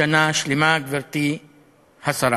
שנה שלמה, גברתי השרה.